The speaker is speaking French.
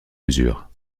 mesure